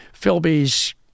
Philby's